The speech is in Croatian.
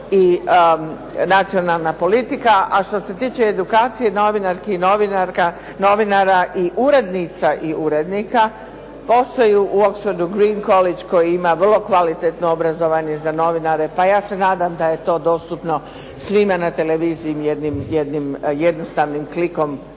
i nacionalna politika a što se tiče edukacije novinarki i novinara i urednica i urednika postoji u Oxfordu Green College koji ima vrlo kvalitetno obrazovanje za novinare, pa ja se nadam da je to dostupno svima na televiziji jednim jednostavnim klikom